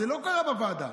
זה לא קרה בוועדה,